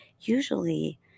usually